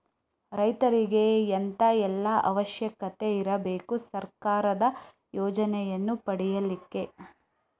ರೈತರಿಗೆ ಎಂತ ಎಲ್ಲಾ ಅವಶ್ಯಕತೆ ಇರ್ಬೇಕು ಸರ್ಕಾರದ ಯೋಜನೆಯನ್ನು ಪಡೆಲಿಕ್ಕೆ?